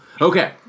Okay